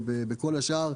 בכל השאר,